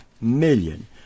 million